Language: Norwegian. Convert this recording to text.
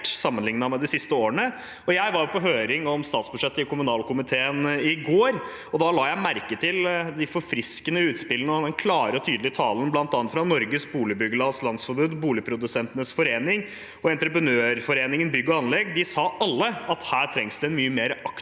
sammenlignet med de siste årene. Jeg var på høring om statsbudsjettet i kommunalkomiteen i går, og da la jeg merke til de forfriskende utspillene og den klare og tydelige talen fra bl.a. Norske Boligbyggelags Landsforbund, Boligprodusentenes Forening og Entreprenørforeningen – Bygg og Anlegg. De sa alle at her trengs det en mye mer aktiv